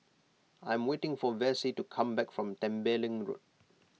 I am waiting for Vassie to come back from Tembeling Road